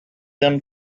them